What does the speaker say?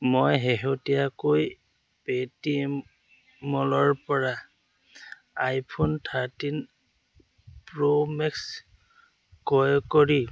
মই শেহতীয়াকৈ পে'টিএম মলৰ পৰা আইফোন থাৰটিন প্ৰ' মেক্স ক্ৰয় কৰি